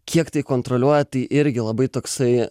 kiek tai kontroliuoja tai irgi labai toksai